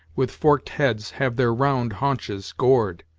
with forked heads have their round haunches gored.